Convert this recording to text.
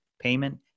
payment